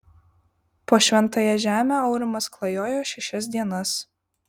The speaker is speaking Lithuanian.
po šventąją žemę aurimas klajojo šešias dienas